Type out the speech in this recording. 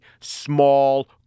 small